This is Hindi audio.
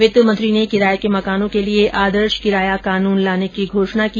वित्त मंत्री ने किराये के मकानों के लिये आदर्श किराया कानून लाने की घोषणा की